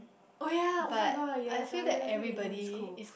oh yea oh-my-god yes I really I think eh this cool